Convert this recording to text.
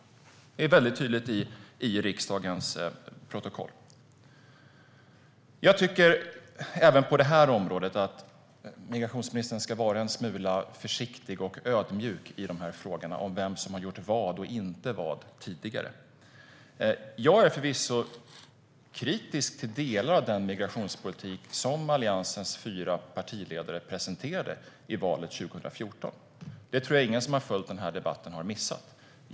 Det framgår väldigt tydligt i riksdagens protokoll. Jag tycker att migrationsministern även på det här området ska vara en smula försiktig och ödmjuk när det gäller vem som gjort vad och inte tidigare. Jag är förvisso kritisk till delar av den migrationspolitik som Alliansens fyra partiledare presenterade inför valet 2014, och det tror jag inte att någon som har följt den här debatten har missat.